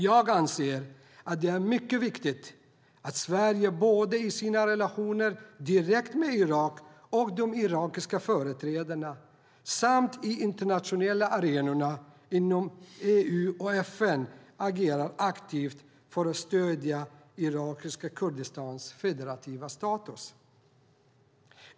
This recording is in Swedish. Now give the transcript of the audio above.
Jag anser att det är mycket viktigt att Sverige både i sina relationer direkt med Irak och de irakiska företrädarna samt på de internationella arenorna såsom EU och FN agerar aktivt för att stödja irakiska Kurdistans federativa status.